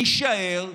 נישאר,